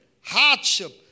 hardship